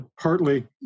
partly